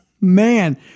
man